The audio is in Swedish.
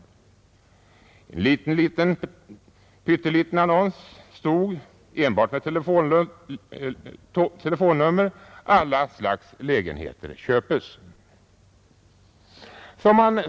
I en pytteliten annons stod — enbart med telefonnummer — att alla slags lägenheter köpes.